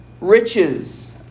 riches